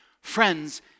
Friends